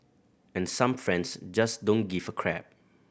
and some friends just don't give a crap